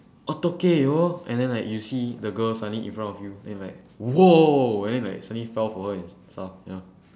and then like you see the girl suddenly in front of you then like !whoa! then like suddenly fell for her and stuff you know